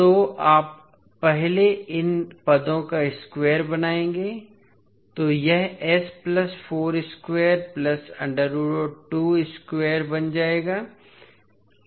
तो आप पहले इन पदों का स्क्वायर बनाएँगे तो यह बन जाएगा